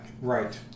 right